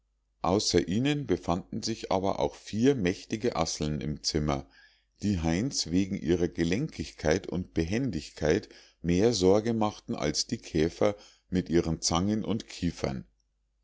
außer ihnen befanden sich aber auch vier mächtige asseln im zimmer die heinz wegen ihrer gelenkigkeit und behendigkeit mehr sorge machten als die käfer mit ihren zangen und kiefern